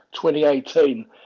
2018